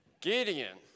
Gideon